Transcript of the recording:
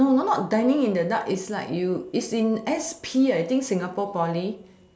no no not dining in the dark is like you is in S_P I think singapore poly